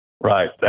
Right